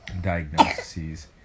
diagnoses